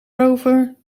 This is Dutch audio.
rover